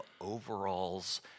overalls